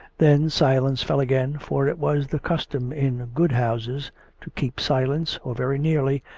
then silence fell again, for it was the custom in good houses to keep silence, or very nearly,